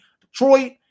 detroit